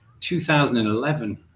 2011